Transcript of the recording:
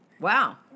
Wow